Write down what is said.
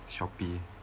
Shopee